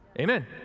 Amen